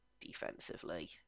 defensively